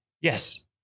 Yes